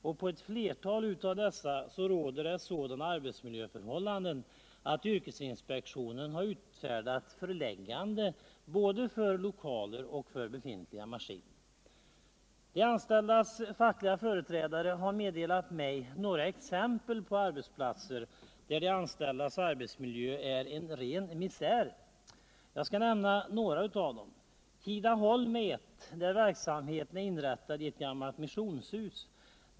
och på ett flertal av dessa råder sådana arbetsmiljöförhållanden att yrkesinspektionen utfärdat föreläggande om åtgärder beträffande både lokaler och maskiner. De anställdas fackliga företrädare har meddelat mig några exempel på arbetsplatser, där de anställdas arbetsmiljöer är rena misärer. Jag skall nämna några: Tidaholm, där verksamheten är inrättad i ett gammalt missionshus.